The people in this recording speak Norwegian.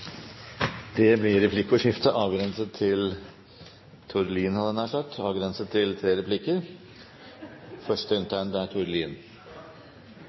Det blir replikkordskifte avgrenset til Tord Lien, hadde jeg nær sagt – avgrenset til 3 replikker. Første inntegnede er Tord Lien.